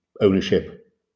ownership